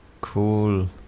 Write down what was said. Cool